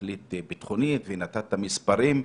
בתכלית ביטחונית ונתת מספרים.